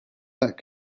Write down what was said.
that